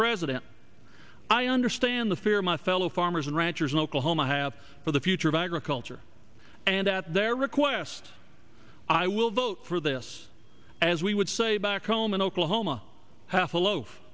president i understand the fear my fellow farmers and ranchers in oklahoma have for the future of agriculture and at their request i will vote for this as we would say back home in oklahoma half a loaf